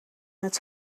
met